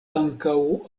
ankaŭ